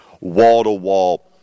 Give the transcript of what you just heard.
wall-to-wall